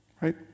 Right